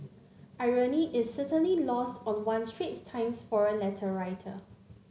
irony is certainly lost on one Straits Times forum letter writer